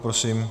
Prosím.